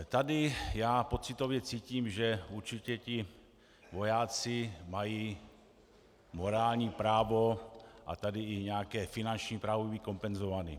Tady já pocitově cítím, že určitě ti vojáci mají morální právo a tady i nějaké finanční právo být kompenzováni.